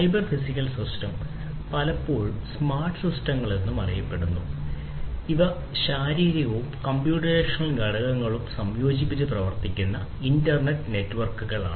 cyber physical system പലപ്പോഴും smart സിസ്റ്റങ്ങൾ സംയോജിപ്പിച്ച് പ്രവർത്തിക്കുന്ന ഇന്റർനെക്റ്റ് നെറ്റ്വർക്കുകളാണ്